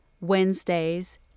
Wednesdays